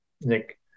Nick